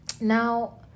Now